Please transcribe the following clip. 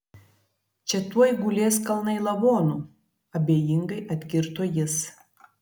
čia tuoj gulės kalnai lavonų abejingai atkirto jis